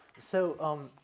so, um,